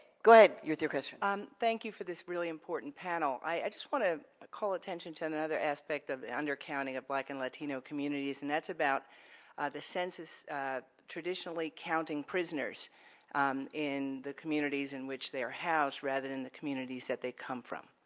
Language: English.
go ahead with your question. um thank you for this really important panel. i just want to call attention to and another aspect of under counting of black and latino communities, and that's about the census traditionally counting prisoners in the communities in which they are housed rather than the communities that they come from.